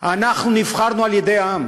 אנחנו נבחרנו על-ידי העם